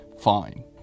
fine